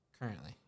Currently